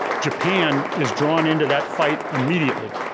japan is drawn into that fight immediately